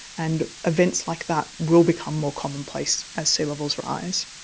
and events like that will become more commonplace as sea levels rise.